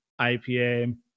IPA